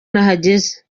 nahageze